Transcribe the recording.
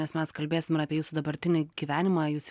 nes mes kalbėsim ir apie jūsų dabartinį gyvenimą jūs